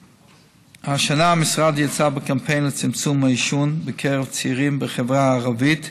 השנה המשרד יצא בקמפיין לצמצום העישון בקרב צעירים בחברה הערבית